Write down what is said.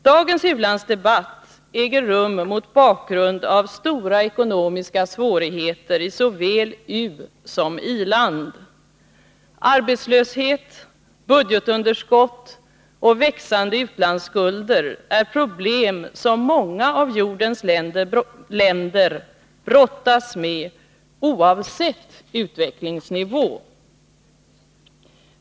Dagens u-landsdebatt äger rum mot bakgrund av stora ekonomiska svårigheter i såväl usom i-land. Arbetslöshet, budgetunderskott och växande utlandsskulder är problem som många av jordens länder brottas med, oavsett utvecklingsnivå.